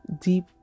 deep